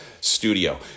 studio